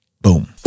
Boom